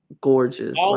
gorgeous